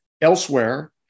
elsewhere